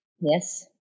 Yes